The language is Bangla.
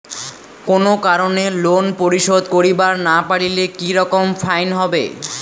কোনো কারণে লোন পরিশোধ করিবার না পারিলে কি রকম ফাইন হবে?